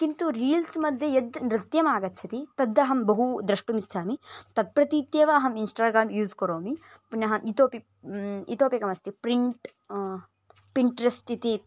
किन्तु रील्स् मध्ये यद् नृत्यमागच्छति तद् अहं बहु द्रष्टुम् इच्छामि तत्प्रतीत्येव अहम् इन्स्टग्रां यूस् करोमि पुनः इतोऽपि इतोऽपि एकमस्ति प्रिण्ट् पिण्ट्रस्टिति